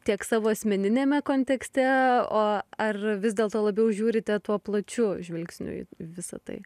tiek savo asmeniniame kontekste o ar vis dėlto labiau žiūrite tuo plačiu žvilgsniu į visa tai